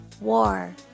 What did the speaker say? war